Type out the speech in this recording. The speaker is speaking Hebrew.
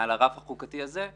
מעל הרף החוקתי הזה,